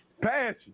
passion